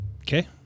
Okay